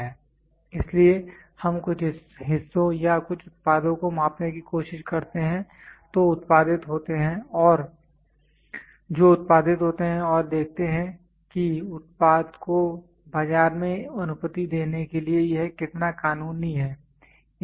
इसलिए हम कुछ हिस्सों या कुछ उत्पादों को मापने की कोशिश करते हैं जो उत्पादित होते हैं और देखते हैं कि उत्पाद को बाजार में अनुमति देने के लिए यह कितना कानूनी है